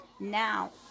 Now